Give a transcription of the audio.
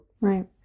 Right